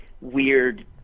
weird